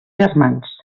germans